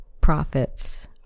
profits